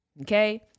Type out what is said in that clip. okay